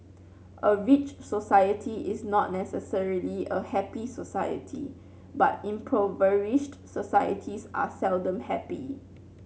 a rich society is not necessarily a happy society but impoverished societies are seldom happy